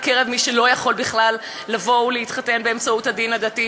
בקרב מי שלא יכול בכלל להתחתן באמצעות הדין הדתי,